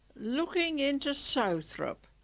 looking into southrop,